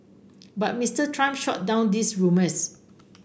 but Mister Trump shot down those rumours